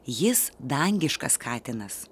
jis dangiškas katinas